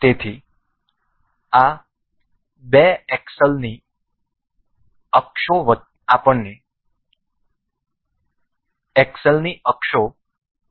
તેથી આ બે એક્સલની અક્ષો આપણે મેટ કરી શકીએ છીએ